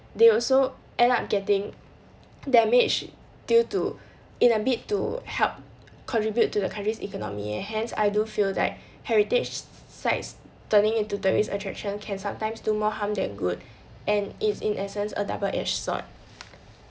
they also end up getting damage due to in a bid to help contribute to the country's economy and hence I do feel that heritage sites turning into tourist attraction can sometimes do more harm than good and is in essence a double-edged sword